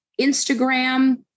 Instagram